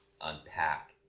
unpack